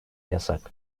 yasak